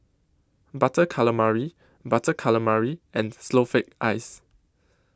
Butter Calamari Butter Calamari and Snowflake Ice